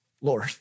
Lord